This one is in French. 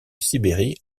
sibérie